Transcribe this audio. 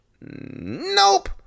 Nope